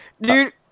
dude